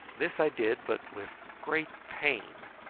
this i did, but with great pain,